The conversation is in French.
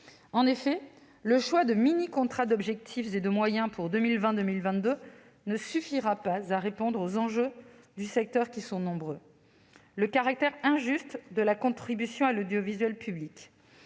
En effet, le choix de mini-contrats d'objectifs et de moyens pour 2020-2022 ne suffira pas à répondre aux enjeux du secteur, qui sont nombreux. Je citerai en particulier le caractère injuste de la contribution à l'audiovisuel public,